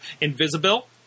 invisible